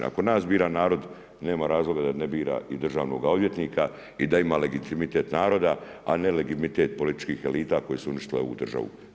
Ako nas bira narod, nema razloga da ne bira i državnog odvjetnika i da ima legitimitet naroda, a ne legitimitet političkih elita koje su uništile ovu državu.